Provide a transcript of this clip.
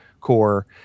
core